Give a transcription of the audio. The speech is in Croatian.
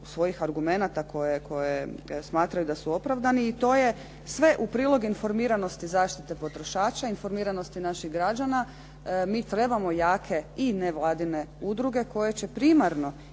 svojih argumenata koje smatraju da su opravdani i to je sve u prilog informiranosti zaštite potrošača, informiranosti naših građana. Mi trebamo jake i nevladine udruge koje će primarno